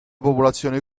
popolazione